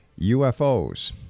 UFOs